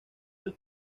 del